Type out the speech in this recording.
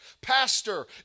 Pastor